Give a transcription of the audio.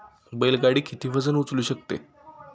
बैल गाडी किती वजन उचलू शकते?